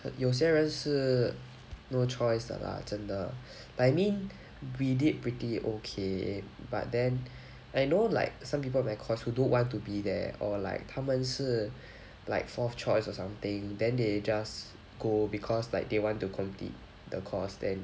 有些人是 no choice lah 真的 but I mean we did pretty okay but then I know like some people from my course who don't want to be there or like 他们是 like fourth choice or something then they just go because like they want to complete the course then